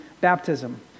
baptism